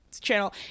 channel